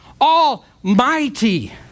Almighty